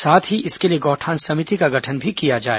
साथ ही इसके लिए गौठान समिति का गठन भी किया जाए